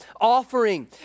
Offering